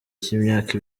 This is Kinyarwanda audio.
cy’imyaka